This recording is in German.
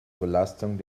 belastung